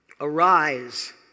Arise